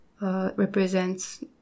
represents